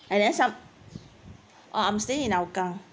and then some uh I'm staying in hougang